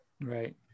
Right